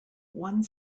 one